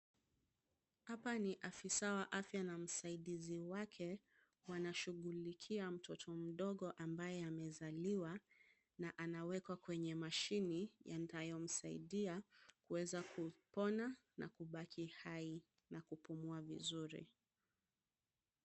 Hapa ni afisa wa afya na msaidizi wake, wanashughulikia mtoto mdogo ambaye amezaliwa na anawekwa kwenye mashini yanayomsaidia kuweza kupona na kubaki hai na kupumua vizuri.